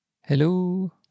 Hello